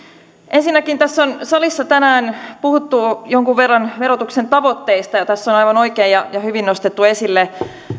ensinnäkin tässä salissa on tänään puhuttu jonkun verran verotuksen tavoitteista ja tässä on aivan oikein ja hyvin nostettu esille